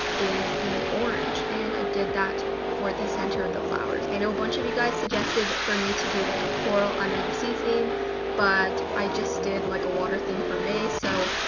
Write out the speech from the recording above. is the orange and i did that for the center of the flowers. i know a bunch of you guys suggested for me to do like a coral under the sea theme but, i just did like a water theme for may so,